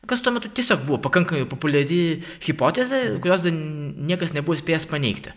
kas tuo metu tiesiog buvo pakankamai populiari hipotezė kurios dar niekas nebuvo spėjęs paneigti